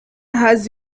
has